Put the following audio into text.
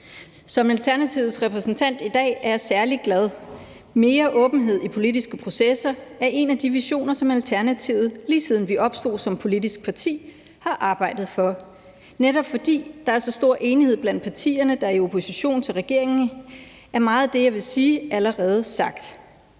Som Alternativets repræsentant i dag er jeg særlig glad. Mere åbenhed i politiske processer er en af de visioner, som Alternativet, lige siden vi opstod som politisk parti, har arbejdet for. Netop fordi der er så stor enighed blandt partierne, der er i opposition til regeringen, er meget af det, jeg vil sige, allerede sagt,